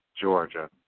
Georgia